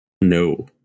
no